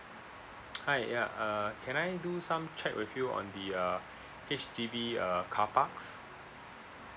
hi ya uh can I do some check with you on the uh H_D_B uh carparks